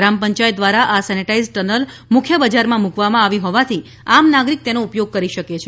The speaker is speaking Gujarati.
ગ્રામ પંચાયત દ્વારા આ સેનેટાઈઝ ટનલ મુખ્ય બજારમાં મૂકવામાં આવી હોવાથી આમ નાગરિક તેનો ઉપયોગ કરી શકે છે